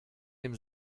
dem